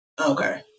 Okay